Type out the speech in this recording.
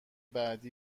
بعد